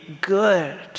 good